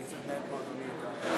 אני צריך לנהל פה, אדוני.